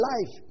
Life